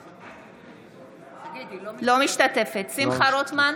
משתתפת בהצבעה שמחה רוטמן,